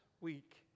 week